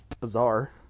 bizarre